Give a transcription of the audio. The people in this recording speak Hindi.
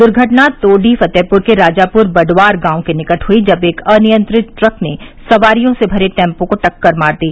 दुर्घटना तोडी फतेहपुर के राजापुर बडवार गांव के निकट हुई जब एक अनियंत्रित ट्रक ने सवारियों से भरे टेम्पो को टक्कर मार दी